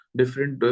different